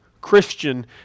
Christian